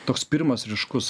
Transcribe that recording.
toks pirmas ryškus